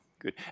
Good